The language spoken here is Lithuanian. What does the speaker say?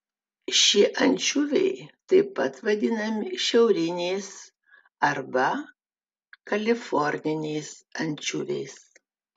šie ančiuviai taip pat vadinami šiauriniais arba kaliforniniais ančiuviais